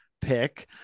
pick